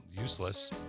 useless